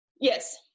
yes